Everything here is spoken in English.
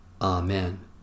Amen